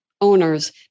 owners